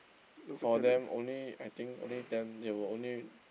for them only I think only then they will only